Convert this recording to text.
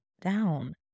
down